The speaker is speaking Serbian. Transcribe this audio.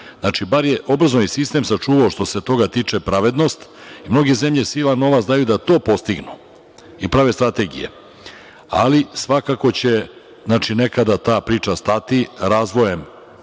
Znači, bar je obrazovni sistem sačuvao što se toga tiče pravednost. Mnoge zemlje silan novac daju da to postignu i prave strategije, ali svakako će nekada ta priča stati razvojem